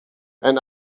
and